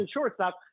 shortstop